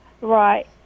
Right